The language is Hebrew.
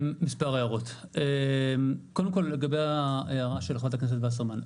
מספר הערות: קודם כל לגבי ההערה של חברת הכנסת וסרמן.